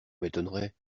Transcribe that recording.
m’étonnerait